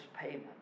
payment